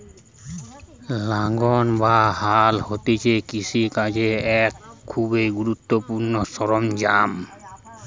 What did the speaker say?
লাঙ্গল বা হাল হতিছে কৃষি কাজের এক খুবই গুরুত্বপূর্ণ সরঞ্জাম